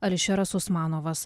ališeras usmanovas